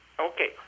Okay